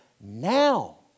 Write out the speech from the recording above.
now